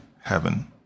heaven